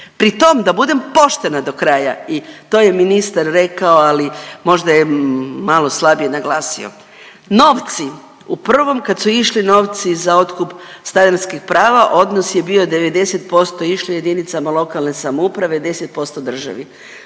Pritom da budem poštena dokraja i to je ministar rekao, ali možda je malo slabije naglasio. Novci u prvom kad su išli novci za otkup stanarskih prava odnos je bio 90% je išlo jedinicama lokalne samouprave, 10% državi.